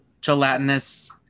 gelatinous